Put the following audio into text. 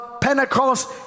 Pentecost